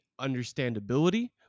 understandability